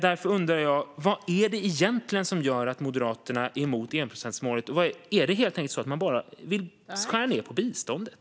Därför undrar jag: Vad är det egentligen som gör att Moderaterna är emot enprocentsmålet? Är det helt enkelt så att man vill skära ned på biståndet?